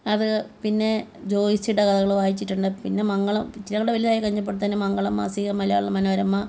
അത് പിന്നെ ജോയ്സിയുടെ കഥകൾ വായിച്ചിട്ടുണ്ട് പിന്നെ മംഗളം ഇച്ചിരികൂടെ വലതുതായപ്പോഴത്തേനും മംഗളം മാസിക മലയാള മനോരമ